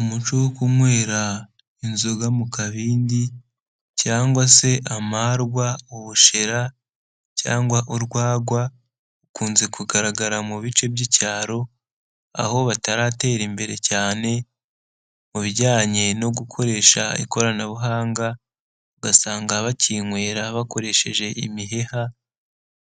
Umuco wo kunywera inzoga mu kabindi cyangwa se amarwa, ubushera, cyangwa urwagwa ukunze kugaragara mu bice by'icyaro, aho bataratera imbere cyane mu bijyanye no gukoresha ikoranabuhanga, ugasanga bakinywera bakoresheje imiheha